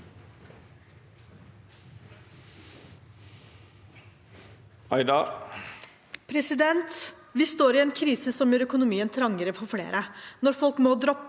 Vi står i en krise som gjør økonomien trangere for flere. Når folk må droppe